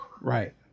Right